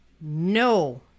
no